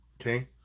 Okay